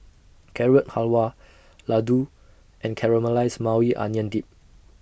Carrot Halwa Ladoo and Caramelized Maui Onion Dip